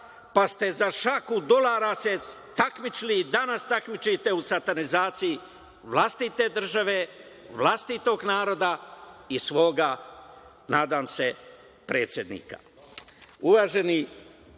pa ste se za šaku dolara takmičili i danas se takmičite u satanizaciji vlastite države, vlastitog naroda i svoga, nadam se, predsednika. Uvaženi